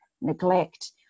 neglect